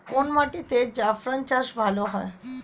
কোন মাটিতে জাফরান চাষ ভালো হয়?